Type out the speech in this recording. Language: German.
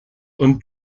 und